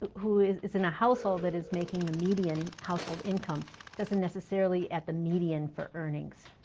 who is is in a household that is making the median household income doesn't necessarily at the median for earnings.